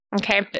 Okay